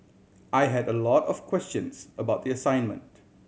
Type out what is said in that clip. I had a lot of questions about the assignment